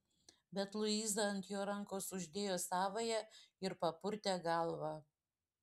bet luiza ant jo rankos uždėjo savąją ir papurtė galvą